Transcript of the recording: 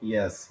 Yes